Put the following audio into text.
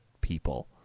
people